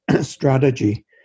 strategy